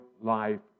life